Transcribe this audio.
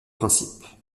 principes